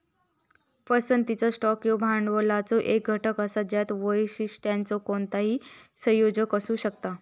पसंतीचा स्टॉक ह्यो भांडवलाचो एक घटक असा ज्यात वैशिष्ट्यांचो कोणताही संयोजन असू शकता